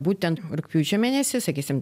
būtent rugpjūčio mėnesį sakysim